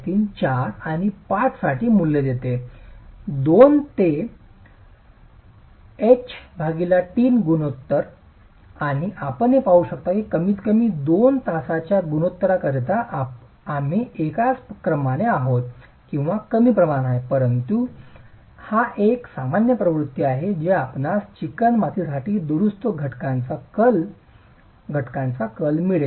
5 4 आणि 5 साठी मूल्य देते 2 ते पर्यंतचे h t गुणोत्तर आणि आपण हे पाहू शकता की कमीतकमी 2 तासाच्या गुणोत्तरांकरिता आम्ही एकाच क्रमाने आहोत किंवा कमी प्रमाण आहे परंतु हा एक सामान्य प्रवृत्ती आहे जो आपणास चिकणमातीसाठी दुरुस्त घटकांचा कल घटकांचा कल मिळेल